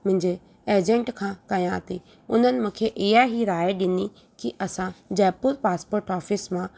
मुंहिंजे एजंट खां कयां थी उन्हनि मूंखे इहा ई राय ॾिनी की असां जयपुर पासपोट ऑफ़िस मां